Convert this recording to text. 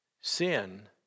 Sin